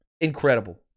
Incredible